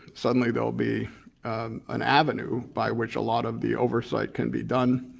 suddenly there'll be an avenue by which a lot of the oversight can be done.